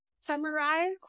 summarize